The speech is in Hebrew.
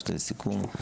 ביקשת לסיכום.